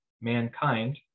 mankind